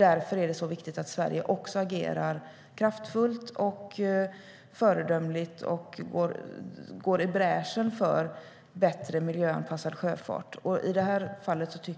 Därför är det viktigt att Sverige agerar kraftfullt och föredömligt och går i bräschen för bättre miljöanpassad sjöfart. Jag tycker att det här fallet